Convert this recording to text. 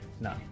No